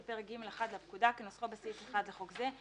פרק ג'1 לפקודה כנוסחו בסעיף 1 לחוק זה,